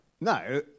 No